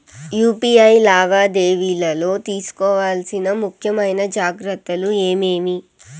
UPI లావాదేవీలలో తీసుకోవాల్సిన ముఖ్యమైన జాగ్రత్తలు ఏమేమీ?